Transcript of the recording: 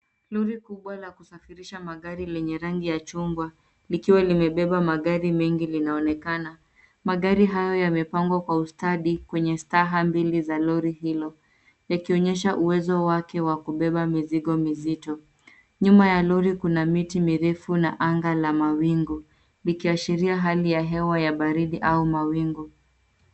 Lori kubwa la kusafirisha magari lenye rangi ya chungwa likiwa limebeba magari mengi linaonekana. Magari hayo yamepangwa kwa ustadi kwenye staha mbili za lori hilo, yakionyesha uwezo wake wa kubeba mizigo mizito. Nyuma ya lori kuna miti mirefu na anga la mawingu, likiashiria hali ya hewa ya baridi au mawingu.